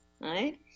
Right